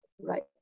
right